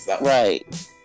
Right